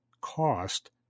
Cost